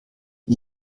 dem